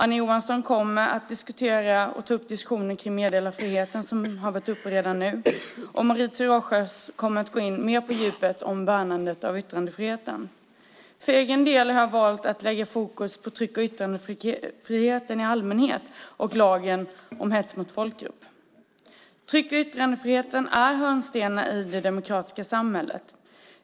Annie Johansson kommer att gå in i diskussionen om meddelarfriheten, som har varit uppe redan nu, och Mauricio Rojas kommer att gå in mer på djupet om värnandet av yttrandefriheten. För egen del har jag valt att lägga fokus på tryck och yttrandefriheten i allmänhet och lagen om hets mot folkgrupp. Tryck och yttrandefriheten är hörnstenar i det demokratiska samhället.